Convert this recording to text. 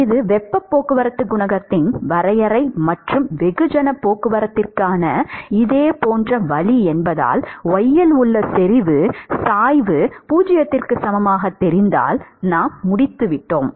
இது வெப்பப் போக்குவரத்துக் குணகத்தின் வரையறை மற்றும் வெகுஜனப் போக்குவரத்திற்கான இதேபோன்ற வழி என்பதால் y இல் உள்ள செறிவு சாய்வு 0க்கு சமமாகத் தெரிந்தால் நாம் முடித்துவிட்டோம்